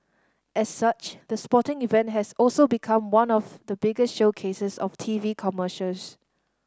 as such the sporting event has also become one of the biggest showcases of T V commercials